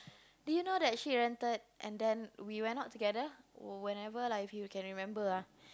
do you know that she rented and then we went out together whenever lah if you can remember ah